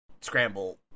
scramble